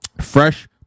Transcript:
fresh